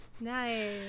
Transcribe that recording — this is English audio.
nice